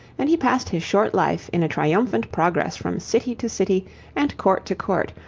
and he passed his short life in a triumphant progress from city to city and court to court,